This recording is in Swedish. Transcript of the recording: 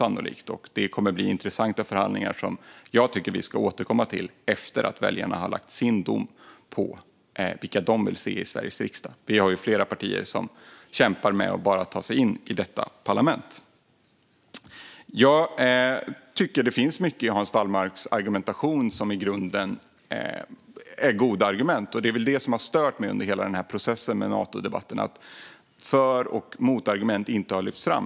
Det kommer att bli intressanta förhandlingar som jag tycker att vi ska återkomma till efter att väljarna har fällt sin dom om vilka de vill se i Sveriges riksdag. Vi har ju flera partier som kämpar med att över huvud taget ta sig in i detta parlament. Jag tycker att det finns mycket i Hans Wallmarks argumentation som i grunden är goda argument. Och det är väl det som har stört mig under hela processen med Natodebatten: För och motargument har inte lyfts fram.